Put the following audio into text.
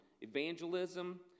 Evangelism